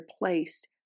replaced